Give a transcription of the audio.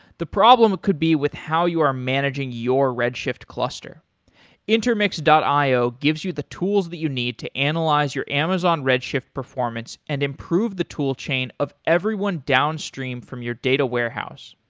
the problem could be with how you are managing your redshift cluster intermix io gives you the tools that you need to analyze your amazon redshift performance and improve the tool chain of everyone downstream from your data warehouse.